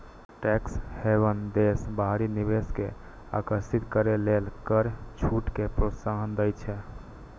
tax haven देश बाहरी निवेश कें आकर्षित करै लेल कर छूट कें प्रोत्साहन दै छै